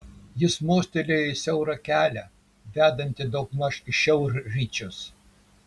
jis mostelėjo į siaurą kelią vedantį daugmaž į šiaurryčius